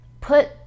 put